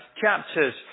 chapters